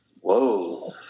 Whoa